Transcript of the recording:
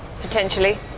potentially